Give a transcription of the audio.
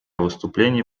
выступления